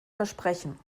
versprechen